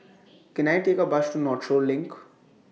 Can I Take A Bus to Northshore LINK